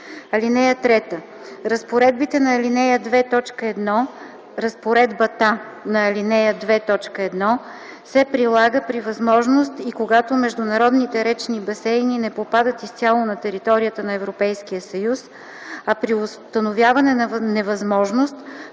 (3) Разпоредбата по ал. 2, т. 1 се прилага при възможност и когато международните речни басейни не попадат изцяло на територията на Европейския съюз, а при установяване на невъзможност